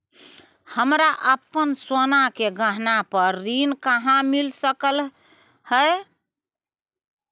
हमरा अपन सोना के गहना पर ऋण कहाॅं मिल सकलय हन?